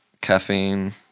Caffeine